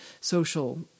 social